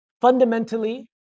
fundamentally